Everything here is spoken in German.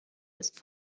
ist